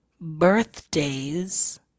Birthdays